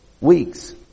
weeks